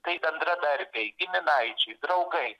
tai bendradarbiai giminaičiai draugai